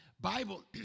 Bible